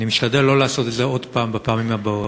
אני אשתדל לא לעשות את זה עוד פעם, בפעמים הבאות.